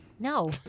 No